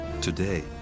Today